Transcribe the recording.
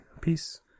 peace